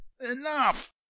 Enough